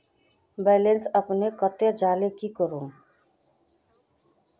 Balance अपने कते जाले की करूम?